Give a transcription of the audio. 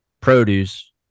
produce